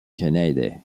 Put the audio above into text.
canada